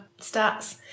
stats